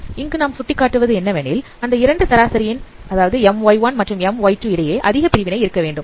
இங்கு நாம் சுட்டிக்காட்டுவது என்னவெனில் அந்த இரண்டு சராசரியின் my1 மற்றும் my2 இடையே அதிக பிரிவினை இருக்கவேண்டும